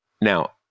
Now